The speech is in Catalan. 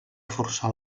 forçar